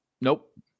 Nope